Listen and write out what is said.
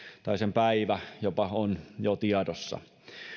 tai sen päivä jopa on jo tiedossa